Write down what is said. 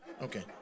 Okay